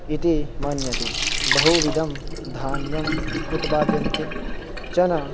इति मन्यते बहुविधं धान्यम् उत्पाद्यते चना